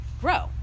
grow